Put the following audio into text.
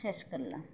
শেষ করলাম